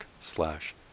slash